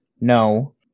no